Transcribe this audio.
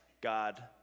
God